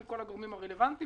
עם כל הגורמים הרלוונטיים.